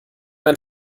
mein